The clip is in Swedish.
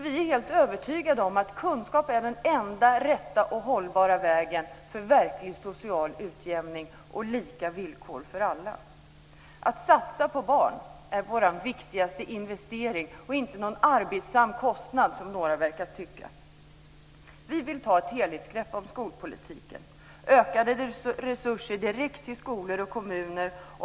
Vi är helt övertygade om att kunskap är den enda rätta och hållbara vägen för verklig social utjämning och lika villkor för alla. Att satsa på barn är vår viktigaste investering och inte någon arbetsam kostnad, som några verkar tycka. Vi vill ta ett helhetsgrepp om skolpolitiken med ökade resurser direkt till skolor och kommuner.